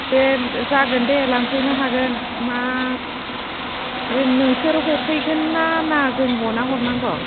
दे जागोन दे लांफैनो हागोन मा जों नोंसोर हफैगोनना ना जों हना हरनांगौ